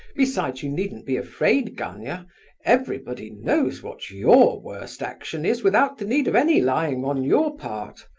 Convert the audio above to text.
besides you needn't be afraid, gania everybody knows what your worst action is without the need of any lying on your part.